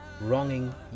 wronging